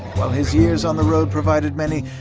while his years on the road provided many,